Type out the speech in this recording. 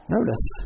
Notice